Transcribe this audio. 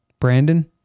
Brandon